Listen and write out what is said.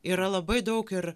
yra labai daug ir